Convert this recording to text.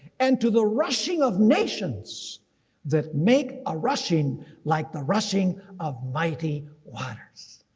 and to the rushing of nations that make a rushing like the rushing of mighty waters.